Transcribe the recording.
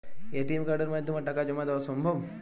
ATM কার্ডের মাধ্যমে টাকা জমা দেওয়া সম্ভব?